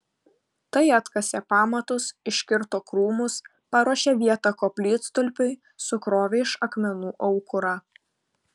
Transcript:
tai atkasė pamatus iškirto krūmus paruošė vietą koplytstulpiui sukrovė iš akmenų aukurą